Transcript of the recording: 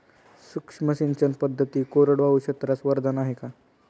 सूक्ष्म सिंचन पद्धती कोरडवाहू क्षेत्रास वरदान आहे का?